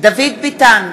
דוד ביטן,